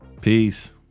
Peace